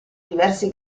diversi